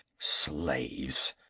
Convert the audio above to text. slaves!